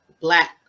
Black